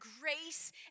grace